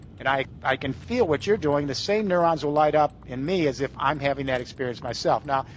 and i i can feel what you're doing, the same neurons will light up in me as if i'm having that experience myself. now,